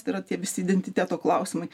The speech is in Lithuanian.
tai yra tie visi identiteto klausimai